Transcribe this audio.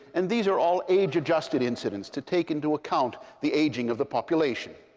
and these are all age adjusted incidence to take into account the aging of the population.